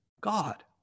God